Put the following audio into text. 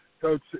Coach